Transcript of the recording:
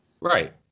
Right